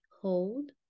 Hold